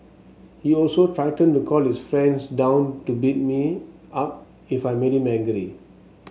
he also threatened to call his friends down to beat me up if I made him angry